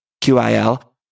Q-I-L